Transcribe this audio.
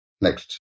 Next